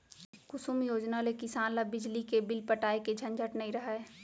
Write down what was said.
कुसुम योजना ले किसान ल बिजली के बिल पटाए के झंझट नइ रहय